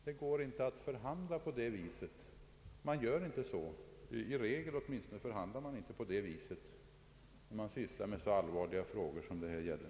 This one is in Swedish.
Det går inte att göra så — i regel förhandlar man inte på det viset när man sysslar med så allvarliga frågor som det här gäller.